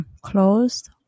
closed